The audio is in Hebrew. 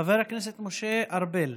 חבר הכנסת משה ארבל,